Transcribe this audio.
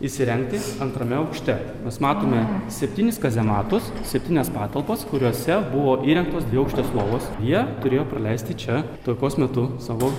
įsirengti antrame aukšte mes matome septynis kazematus septynias patalpas kuriose buvo įrengtos dviaukštės lovos jie turėjo praleisti čia taikos metu savo